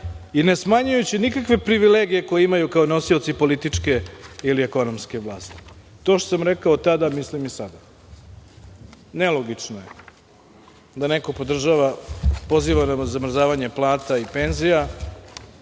i ne smanjujući nikakve privilegije koje imaju kao nosioci političke ili ekonomske vlasti. To što sam rekao tada, mislim i sada. Nelogično je da neko podržava, poziva na zamrzavanje plata i penzija,